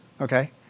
okay